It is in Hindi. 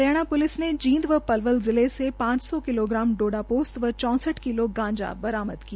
हरियाणा प्लिस ने जींद व पलवल जिले से पांच सौ किलोग्राम डोडा पोस्त और चौंसठ किलो गांजा बरामद किया